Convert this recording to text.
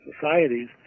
societies